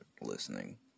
listening